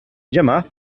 gemma